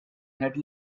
had